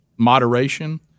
moderation